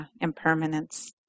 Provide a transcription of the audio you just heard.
impermanence